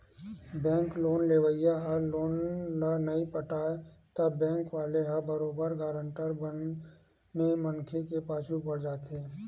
bank loan लेवइया ह loan ल नइ पटावय त बेंक वाले ह बरोबर गारंटर बने मनखे के पाछू पड़ जाथे